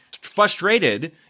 frustrated